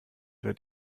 wird